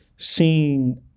seeing